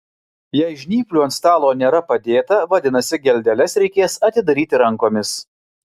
jei žnyplių ant stalo nėra padėta vadinasi geldeles reikės atidaryti rankomis